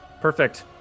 perfect